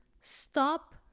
stop